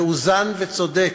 מאוזן וצודק,